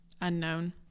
Unknown